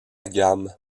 gamme